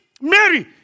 Mary